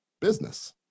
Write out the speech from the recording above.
business